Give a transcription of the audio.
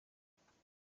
ikurikira